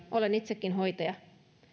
olen itsekin hoitaja